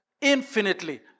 infinitely